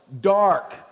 dark